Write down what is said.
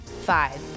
Five